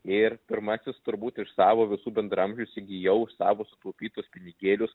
ir pirmasis turbūt iš savo visų bendraamžių įsigijau už savo sutaupytus pinigėlius